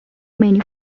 many